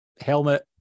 helmet